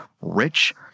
rich